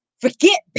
forget